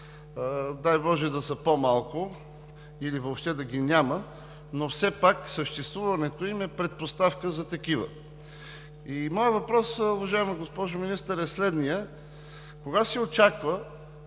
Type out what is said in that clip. Дай боже, да са по-малко или въобще да ги няма, но все пак съществуването им е предпоставка за такива. Моят въпрос, уважаема госпожо Министър, е следният: кога се очаква